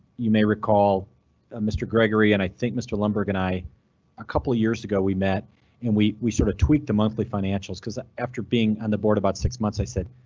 you may recall ah mr gregory and i think mr. lundberg and i a couple of years ago we met and we we sort of tweak the monthly financials. cause after being on the board about six months, i said,